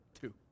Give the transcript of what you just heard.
Two